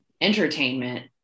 entertainment